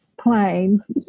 planes